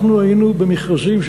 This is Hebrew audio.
היינו במכרזים,